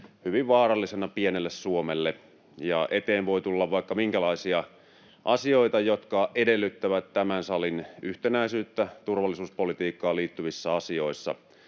hyvin vaarallisena pienelle Suomelle, ja eteen voi tulla vaikka minkälaisia asioita, jotka edellyttävät tämän salin yhtenäisyyttä turvallisuuspolitiikkaan liittyvissä asioissa.